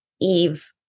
Eve